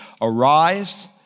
Arise